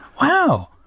wow